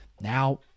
now